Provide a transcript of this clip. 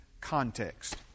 Context